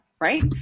right